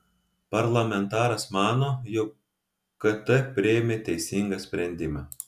parlamentaras mano jog kt priėmė teisingą sprendimą